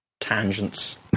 tangents